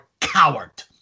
coward